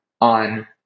on